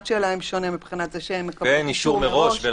שלהן שונה מבחינת זה שהן מקבלות אישור מראש.